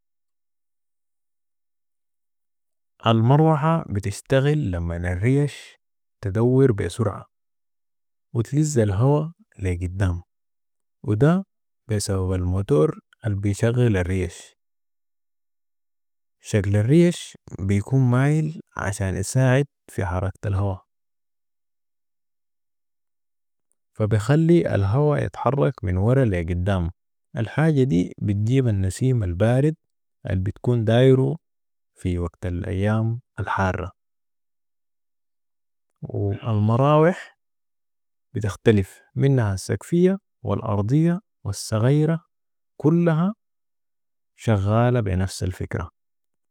المروحة بتشتغل لمن الريش تدور بي سرعة و تلز الهوى لي قدام و ده بي سبب الموتور البيشغل الريش ، شكل الريش بيكو مايل عشان يساعد في حركة الهوى فبيخلي الهوى يتحرك من ورى لي قدام ، الحاجة دي بتجيب النسيم البارد البتكون دايرو في وكت الايام الحارة و المراوح بتختلف منها الأسقفية و الأرضية و الصغيرة كلها شغاله بي نفس الفكرة